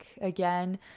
Again